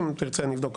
אם תרצה אני אבדוק.